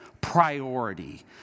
priority